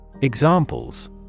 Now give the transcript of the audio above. Examples